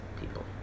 people